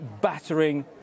battering